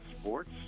sports